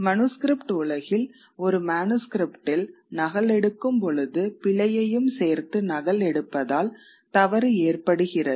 manuscript உலகில் ஒரு மனுஸ்க்ரிப்ட்டில் நகல் எடுக்கும் பொழுது பிழையையும் சேர்த்து நகல் எடுப்பதால் தவறு ஏற்படுகிறது